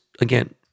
again